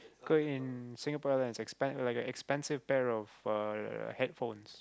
cause in Singapore Airlines expens~ like an expensive pair of uh headphones